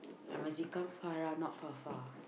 I must become Farah not far far